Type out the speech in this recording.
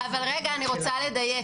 אבל רגע, אני רוצה לדייק.